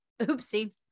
Oopsie